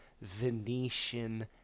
Venetian